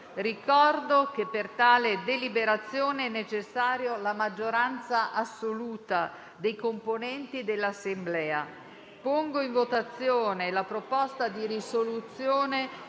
Avverto che per tale deliberazione è necessaria la maggioranza assoluta dei componenti dell'Assemblea. Pertanto, la votazione delle proposte di risoluzione